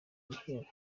igihe